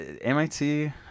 mit